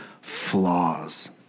flaws